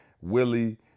Willie